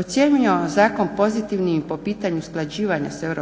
Ocjenjujemo zakon pozitivnim i po pitanju usklađivanja s EU